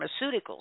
pharmaceuticals